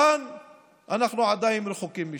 כאן אנחנו עדיין רחוקים מזה.